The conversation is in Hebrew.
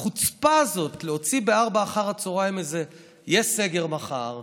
החוצפה הזאת להוציא ב-16:00 שיש סגר למוחרת